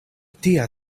tia